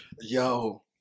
Yo